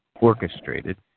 orchestrated